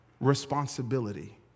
responsibility